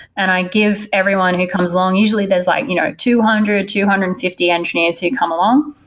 and i give everyone who comes along, usually there's like you know two hundred, two hundred and fifty engineers who come along.